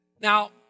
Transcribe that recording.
Now